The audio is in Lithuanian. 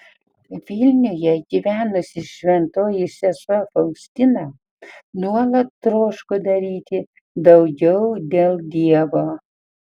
vilniuje gyvenusi šventoji sesuo faustina nuolat troško daryti daugiau dėl dievo